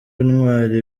intwari